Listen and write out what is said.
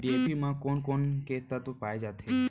DAP म कोन कोन से तत्व पाए जाथे?